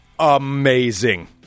amazing